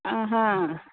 ఆహా